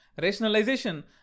Rationalization